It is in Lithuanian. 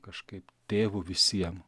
kažkaip tėvu visiem